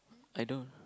I don't